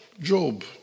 Job